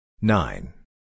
Nine